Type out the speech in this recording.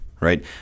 Right